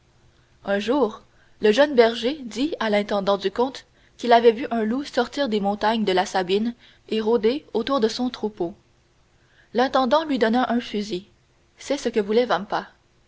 un jour le jeune berger dit à l'intendant du comte qu'il avait vu un loup sortir des montagnes de la sabine et rôder autour de son troupeau l'intendant lui donna un fusil c'est ce que voulait vampa ce